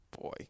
Boy